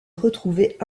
retrouvait